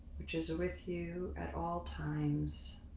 which is with you at all times.